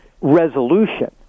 resolution